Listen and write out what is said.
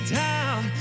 down